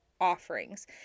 offerings